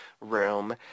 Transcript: room